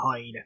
hide